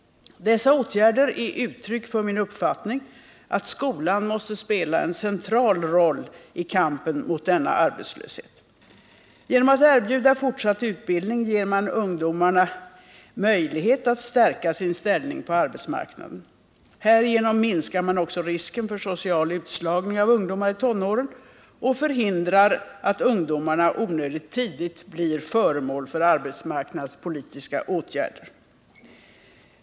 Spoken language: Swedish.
Dessa åtgärder är uttryck för min uppfattning att skolan måste spela en central roll i kampen mot denna arbetslöshet. Genom att erbjuda fortsatt utbildning ger man ungdomarna möjlighet att stärka sin ställning på arbetsmarknaden. Härigenom minskar man också risken för social utslagning av ungdomar i tonåren och förhindrar att ungdomarna onödigt tidigt blir föremål för arbetsmarknadspolitiska åtgärder.